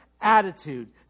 attitude